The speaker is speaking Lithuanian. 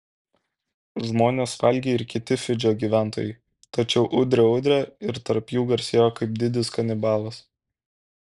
žmones valgė ir kiti fidžio gyventojai tačiau udre udre ir tarp jų garsėjo kaip didis kanibalas